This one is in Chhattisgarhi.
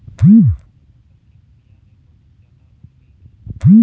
नाली नसल के भेड़िया ले बहुत जादा ऊन मिलथे